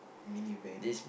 mini van